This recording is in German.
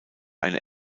eine